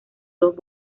dos